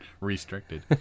restricted